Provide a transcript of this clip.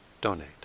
donate